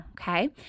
Okay